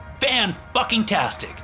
Fan-fucking-tastic